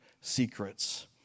secrets